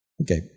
Okay